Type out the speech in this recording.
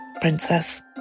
Princess